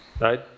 right